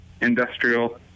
industrial